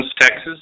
Texas